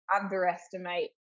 underestimate